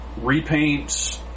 repaints